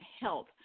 health